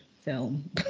film